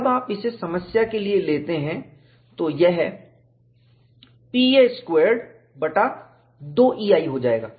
जब आप इसे इस समस्या के लिए लेते हैं तो यह P a स्क्वैरेड बटा 2 EI होगा